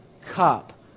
cup